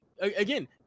again